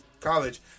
college